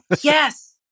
yes